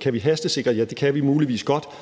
Kan vi hastesikre det? Ja, det kan vi muligvis godt.